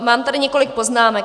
Mám tady několik poznámek.